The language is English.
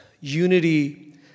unity